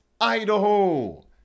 Idaho